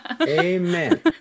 Amen